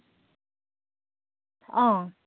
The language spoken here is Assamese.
আপোনাৰ ডৰ্জন এশ বিছ টকা